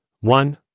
One